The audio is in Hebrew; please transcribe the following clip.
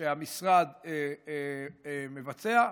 שהמשרד מבצע.